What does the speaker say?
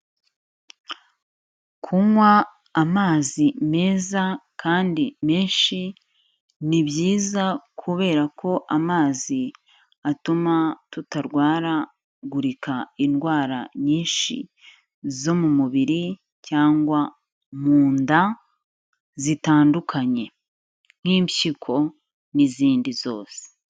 Kunywa amazi meza kandi menshi, ni byiza kubera ko amazi atuma tutarwaragurika indwara nyinshi zo mu mubiri, cyangwa mu nda zitandukanye, nk'impyiko n'izindi zose.